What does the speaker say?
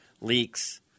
leaks